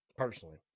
Personally